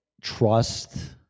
trust